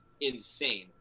insane